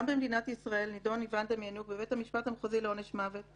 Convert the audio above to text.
גם במדינת ישראל נידון איוון דמיאניוק בבית המשפט המחוזי לעונש מוות,